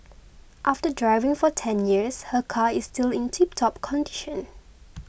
after driving for ten years her car is still in tiptop condition